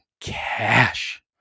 cash